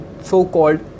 so-called